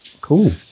Cool